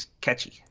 Catchy